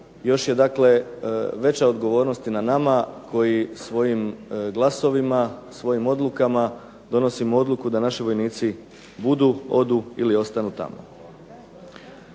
još je veća odgovornost na nama koji svojim glasovima, svojim odlukama, donosimo odluku da naši vojnici budu, odu ili ostanu tamo.